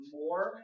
more